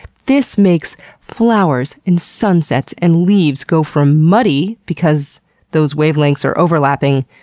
this makes flowers and sunsets and leaves go from muddy, because those wavelengths are overlapping,